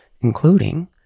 including